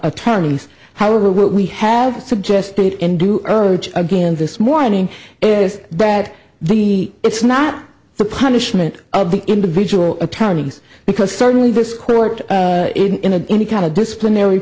attorneys however what we have suggested and do urge again this morning is that the it's not the punishment of the individual attorneys because certainly this court in a any kind of disciplinary